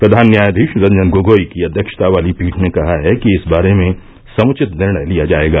प्रधान न्यायाधीश रंजन गोगोई की अध्यक्षता वाली पीठ ने कहा कि इस बारे में समुचित निर्णय लिया जाएगा